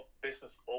business